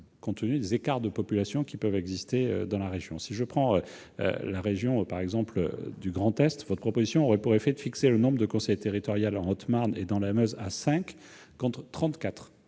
compte tenu des écarts de population qui peuvent exister dans les régions. Pour prendre l'exemple de la région Grand Est, votre proposition aurait pour effet de fixer à 5 le nombre de conseillers territoriaux en Haute-Marne et dans la Meuse contre 34